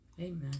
Amen